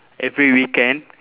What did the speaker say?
every weekend